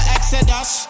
Exodus